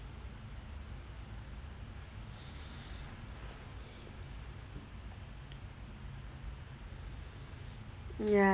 ya